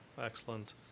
Excellent